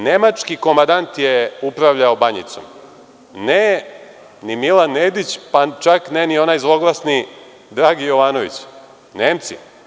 Nemački komandant je upravljao Banjicom, ne ni Milan Nedić, pa čak ne ni onaj zloglasni Dragi Jovanović, Nemci.